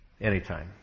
Anytime